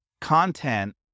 Content